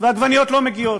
והעגבניות לא מגיעות.